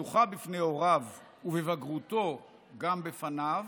פתוחה בפני הוריו, ובבגרותו גם בפניו,